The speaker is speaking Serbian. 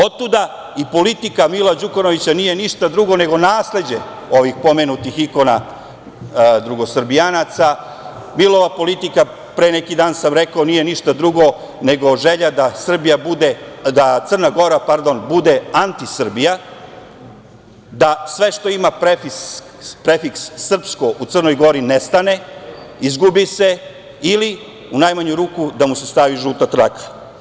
Otuda i politika Mila Đukanovića nije ništa drugo nego nasleđe ovih pomenutih ikona drugosrbijanaca, bilo da ova politika pre neki dan sam rekao, nije ništa drugo nego želja da Crna Gora bude anti Srbija, da sve što ima prefiks srpsko u Crnoj Gori nestane, izgubi se ili u najmanju ruku da mu se stavi žuta traka.